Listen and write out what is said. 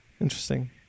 Interesting